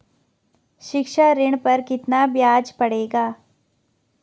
शिक्षा ऋण पर कितना ब्याज पड़ेगा?